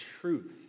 truth